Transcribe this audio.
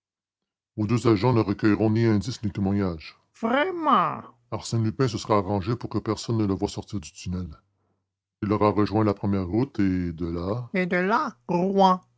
vos deux agents ne recueilleront ni indice ni témoignage vraiment arsène lupin se sera arrangé pour que personne ne le voie sortir du tunnel il aura rejoint la première route et de là et de là rouen